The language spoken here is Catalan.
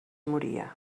moria